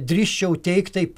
drįsčiau teigt taip